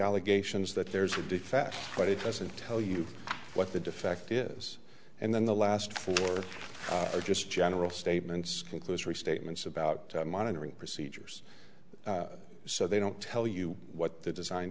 allegations that there's a defect but it doesn't tell you what the defect is and then the last four are just general statements conclusory statements about monitoring procedures so they don't tell you what the design